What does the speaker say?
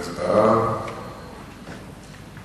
ההצעה להעביר